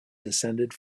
descended